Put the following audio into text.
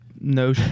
no